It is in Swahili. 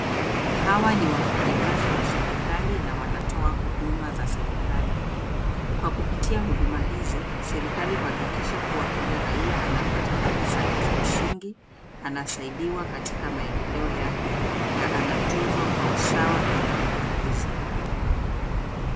Hawa ni wafanyakazi wa serikali na wanatoa huduma za serikali. Kwa kupitia huduma hizi, serikali huhakikisha kubwa kila raia anapata haki yake za msingi, anasaidiwa katika maendeleo yake, na anatunzwa kwa usawa bila ubaguzi.